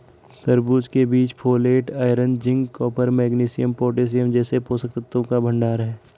तरबूज के बीज folate, iron, zinc, copper, magnesium, potassium जैसे पोषक तत्वों का भंडार है